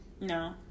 no